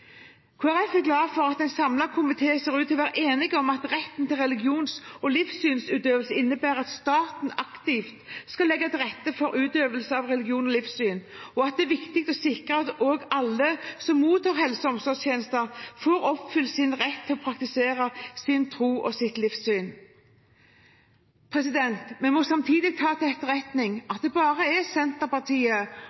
er glad for at en samlet komité ser ut til å være enige om at retten til religions- og livssynsutøvelse innebærer at staten aktivt skal legge til rette for utøvelse av religion og livssyn, og at det er viktig å sikre at alle som mottar helse- og omsorgstjenester, får oppfylt sin rett til å praktisere sin tro og sitt livssyn. Vi må samtidig ta til etterretning